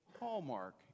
Hallmark